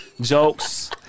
Jokes